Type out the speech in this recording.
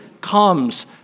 comes